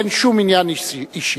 אין שום עניין אישי,